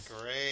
Great